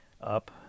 up